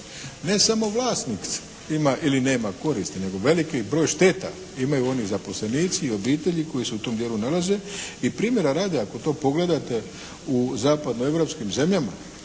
ne samo vlasnik ima ili nema koristi nego veliki broj šteta imaju oni zaposlenici i obitelji koje se u tom dijelu nalaze i primjera radi ako to pogledate u zapadnoeuropskim zemljama